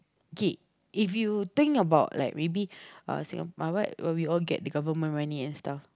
okay if you think about like maybe uh Singapore apa where we all get the government money and stuff